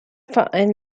verein